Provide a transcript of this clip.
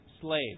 slave